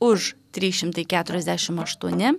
už trys šimtai keturiasdešim aštuoni